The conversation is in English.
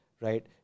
right